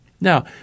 Now